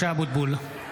(קורא בשמות חברי הכנסת) משה אבוטבול,